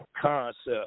concept